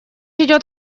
идет